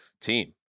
team